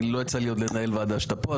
עוד לא יצא לי עוד לנהל ועדה כשאתה פה,